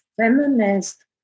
feminist